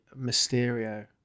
Mysterio